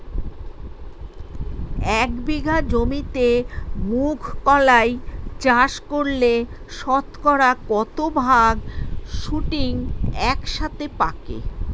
এক বিঘা জমিতে মুঘ কলাই চাষ করলে শতকরা কত ভাগ শুটিং একসাথে পাকে?